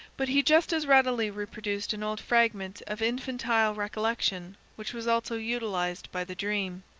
but he just as readily reproduced an old fragment of infantile recollection which was also utilized by the dream.